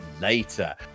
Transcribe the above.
later